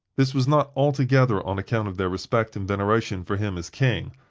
this was not altogether on account of their respect and veneration for him as king,